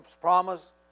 promise